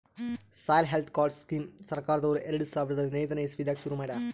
soil health card scheme ಸರ್ಕಾರ್ದವ್ರು ಎರಡ ಸಾವಿರದ್ ಹದನೈದನೆ ಇಸವಿದಾಗ ಶುರು ಮಾಡ್ಯಾರ್